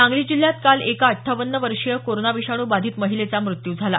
सांगली जिल्ह्यात काल एका अठ्ठावन्न वर्षीय कोरोना विषाणू बाधीत महिलेचा मृत्यू झाला